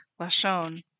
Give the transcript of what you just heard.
Lashon